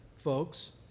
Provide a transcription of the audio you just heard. folks